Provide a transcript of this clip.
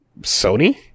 Sony